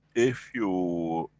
if you.